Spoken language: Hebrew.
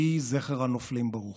יהי זכר הנופלים ברוך.